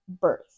birth